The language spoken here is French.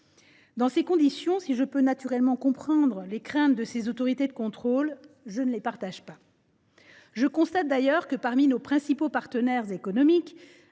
Dans ces conditions, si je peux naturellement comprendre les craintes de ces autorités de contrôle, je ne les partage pas. Du reste, je constate que nos principaux partenaires économiques